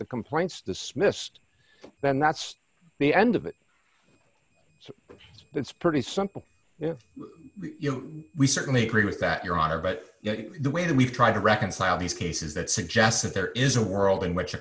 the complaints dismissed then that's the end of it it's pretty simple yeah we certainly agree with that your honor but the way that we try to reconcile these cases that suggests that there is a world in which a